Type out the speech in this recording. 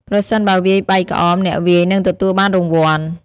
ប្រសិនបើវាយបែកក្អម អ្នកវាយនឹងទទួលបានរង្វាន់។